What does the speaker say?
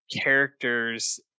characters